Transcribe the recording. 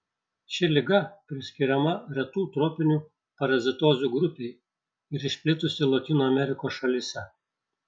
ši liga priskiriama retų tropinių parazitozių grupei ir išplitusi lotynų amerikos šalyse